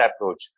approach